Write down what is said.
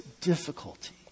difficulty